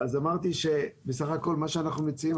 אז אמרתי שבסך הכול מה שאנחנו מציעים,